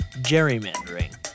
gerrymandering